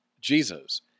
Jesus